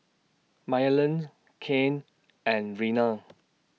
Maryellen's Cain and Reina